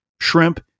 shrimp